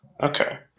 Okay